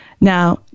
Now